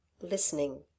listening